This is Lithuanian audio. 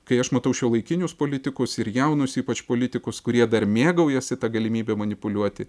kai aš matau šiuolaikinius politikus ir jaunus ypač politikus kurie dar mėgaujasi ta galimybe manipuliuoti